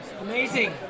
Amazing